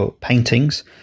paintings